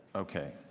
okay?